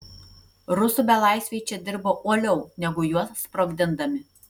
rusų belaisviai čia dirbo uoliau negu juos sprogdindami